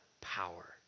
power